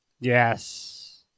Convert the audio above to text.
yes